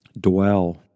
dwell